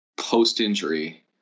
post-injury